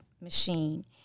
machine